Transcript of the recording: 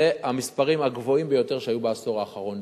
אלו המספרים הגבוהים ביותר שהיו בעשור האחרון.